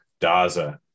Daza